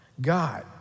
God